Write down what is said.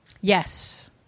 Yes